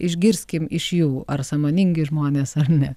išgirskim iš jų ar sąmoningi žmonės ar ne